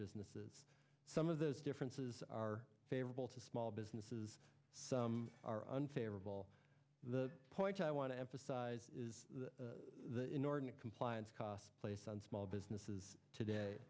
businesses some of those differences are favorable to small businesses some are unfavorable the point i want to emphasize is that the inordinate compliance costs placed on small businesses